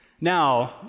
Now